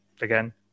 Again